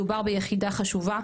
מדובר ביחידה חשובה,